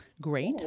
great